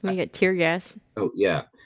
and i got tear gas. oh, yeah.